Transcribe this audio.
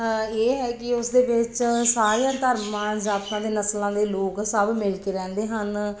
ਇਹ ਹੈ ਕਿ ਉਸ ਦੇ ਵਿੱਚ ਸਾਰਿਆਂ ਧਰਮਾਂ ਜਾਤਾਂ ਅਤੇ ਨਸਲਾਂ ਦੇ ਲੋਕ ਸਭ ਮਿਲ ਕੇ ਰਹਿੰਦੇ ਹਨ